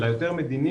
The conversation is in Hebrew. אלא יותר מדינית